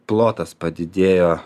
plotas padidėjo